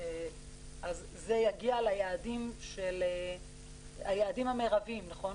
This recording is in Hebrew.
זה יגיע ליעדים המירביים, נכון?